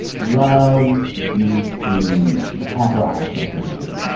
love needs to have her eyes checked every year